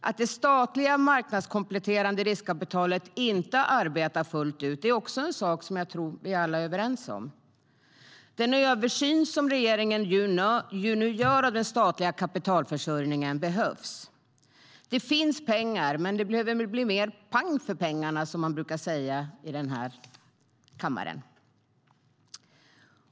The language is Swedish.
Att det statliga, marknadskompletterande riskkapitalet inte arbetar fullt ut är en sak som jag tror att vi alla är överens om. Den översyn som regeringen nu gör av den statliga kapitalförsörjningen behövs. Det finns pengar. Men det behöver bli mer pang för pengarna, som man brukar säga här i kammaren.